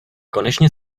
konečně